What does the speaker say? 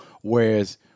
whereas